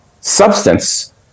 substance